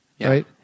right